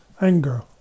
anger